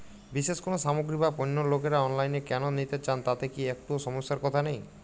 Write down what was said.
বিশেষ কোনো সামগ্রী বা পণ্য লোকেরা অনলাইনে কেন নিতে চান তাতে কি একটুও সমস্যার কথা নেই?